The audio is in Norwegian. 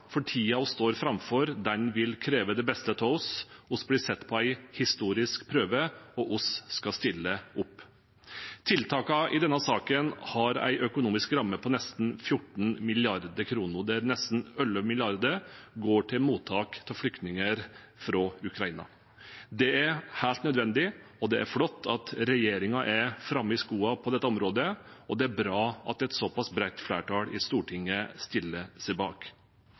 for tiden vi står framfor, vil kreve det beste av oss. Vi blir satt på en historisk prøve, og vi skal stille opp. Tiltakene i denne saken har en økonomisk ramme på nesten 14 mrd. kr, der nesten 11 mrd. kr går til mottak av flyktninger fra Ukraina. Det er helt nødvendig. Det er flott at regjeringen er framme i skoen på dette området, og det er bra at et såpass bredt flertall i Stortinget stiller seg bak.